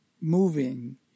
moving